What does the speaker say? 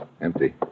Empty